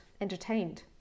entertained